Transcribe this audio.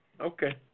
Okay